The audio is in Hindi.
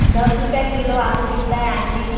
दस रुपया किलो आलू मिलता है आंटी